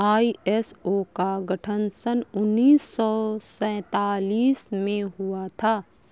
ISO का गठन सन उन्नीस सौ सैंतालीस में हुआ था